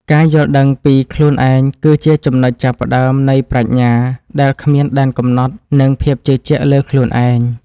ការយល់ដឹងពីខ្លួនឯងគឺជាចំណុចចាប់ផ្តើមនៃប្រាជ្ញាដែលគ្មានដែនកំណត់ និង ភាពជឿជាក់លើខ្លួនឯង។